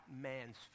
man's